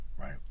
Right